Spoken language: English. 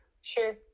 Sure